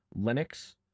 Linux